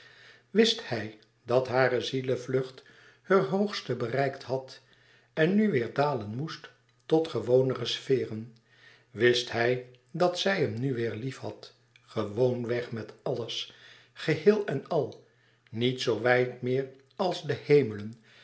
wist hij dat hare zielevlucht heur hoogste bereikt had en nu weêr dalen moest tot gewonere sfeer wist hij dat zij hem nu weêr liefhad gewoon weg met alles geheel en al niet zoo wijd meer als de hemelen